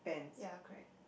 ya correct